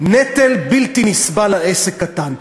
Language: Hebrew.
היא פשוט נטל בלתי נסבל על עסק קטן.